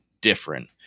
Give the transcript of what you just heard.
different